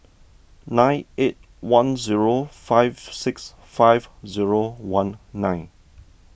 nine eight one zero five six five zero one nine